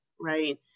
right